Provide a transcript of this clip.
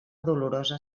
dolorosa